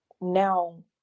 now